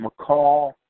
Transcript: McCall